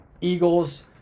Eagles